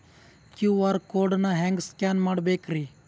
QR code ನಾ ಹೆಂಗ scan ಮಾಡಬೇಕ್ರಿ?